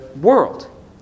world